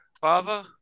Father